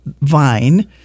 Vine